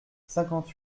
cinquante